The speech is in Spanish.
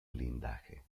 blindaje